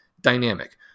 dynamic